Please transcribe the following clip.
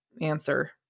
answer